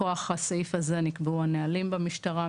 מכוח הסעיף הזה נקבעו הנהלים במשטרה,